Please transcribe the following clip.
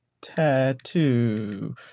Tattoo